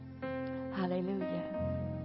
Hallelujah